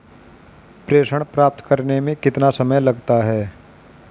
प्रेषण प्राप्त करने में कितना समय लगता है?